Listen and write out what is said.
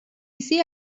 see